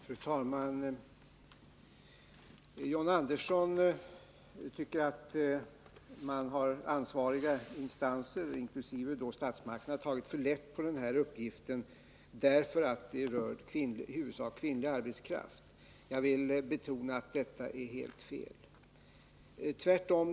Fru talman! John Andersson tycker att ansvariga instanser, inkl. statsmakterna, har tagit för lätt på den uppgiften därför att det i huvudsak rör sig om kvinnlig arbetskraft. Jag vill betona att detta är helt fel.